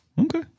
Okay